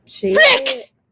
Frick